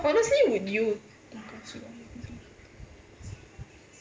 honestly would you